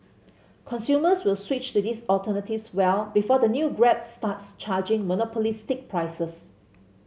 consumers will switch to these alternatives well before the new Grab starts charging monopolistic prices